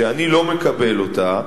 שאני לא מקבל אותה,